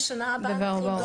ובשנה הבאה נכין דוח נוסף.